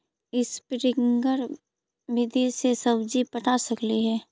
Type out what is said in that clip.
Sprinkle विधि से सब्जी पटा सकली हे?